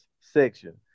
section